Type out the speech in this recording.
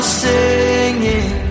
singing